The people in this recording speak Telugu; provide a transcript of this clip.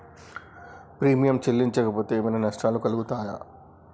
ప్రీమియం చెల్లించకపోతే ఏమైనా నష్టాలు కలుగుతయా?